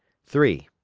three.